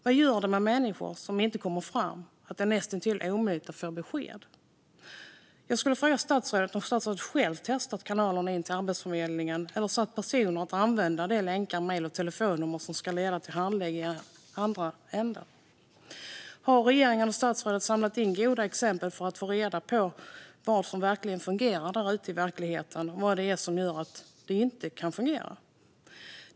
Vad gör det med människor som inte kommer fram att det är näst intill omöjligt att få besked? Jag skulle vilja fråga statsrådet om hon själv testat kanalerna in till Arbetsförmedlingen eller satt personer att använda de länkar, mejl och telefonnummer som ska leda till handläggning i andra änden. Har regeringen och statsrådet samlat in goda exempel för att få reda på vad som verkligen fungerar där ute i verkligheten och vad det är som gör att det inte kan fungera?